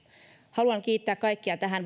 haluan kiittää kaikkia tähän